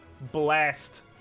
blast